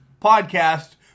podcast